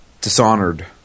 Dishonored